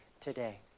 today